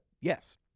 yes